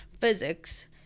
physics